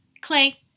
Clay